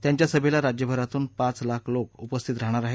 त्यांच्या सभेला राज्यभरातून पाच लाख लोक उपस्थित राहणार आहेत